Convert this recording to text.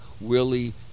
willie